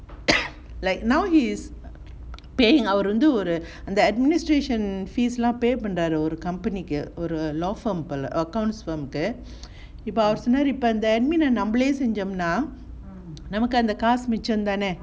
like now he's paying அவரு வந்து ஒரு:அவரு வந்து ஒரு:avaru vanthu oru the administration fees lah pay பண்றாரு ஒரு:pandraaru oru company க்கு ஒரு:kku oru law firm accounts firm இப்ப அவரு சொன்னாரு இப்ப அந்தippa avaru sonnaru ippa antha admin நம்மாலே செஞ்சோம்னா காசு மிச்சம் தானே:nammale senjomnaa kaasu michamthane